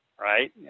right